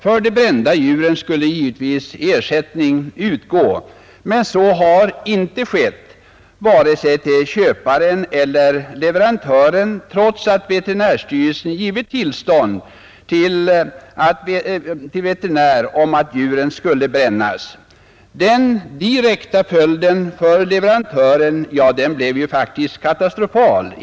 För de brända djuren skulle givetvis ersättning utgå. Men så har inte skett vare sig till köparen eller till leverantören trots att veterinärstyrelsen givit tillstånd för veterinären att låta bränna djuren. Den direkta följden för leverantören blev faktiskt katastrofal.